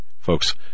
Folks